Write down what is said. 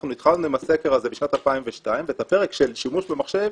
אנחנו התחלנו עם הסקר הזה בשנת 2002 ואת הפרק של שימוש במחשב